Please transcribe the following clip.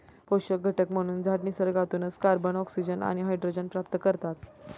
पोषक घटक म्हणून झाडं निसर्गातूनच कार्बन, ऑक्सिजन आणि हायड्रोजन प्राप्त करतात